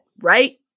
right